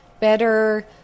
better